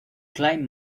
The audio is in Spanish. klein